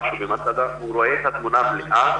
הוא רואה את התמונה המלאה.